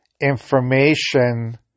information